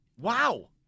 wow